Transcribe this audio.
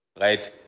Right